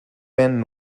men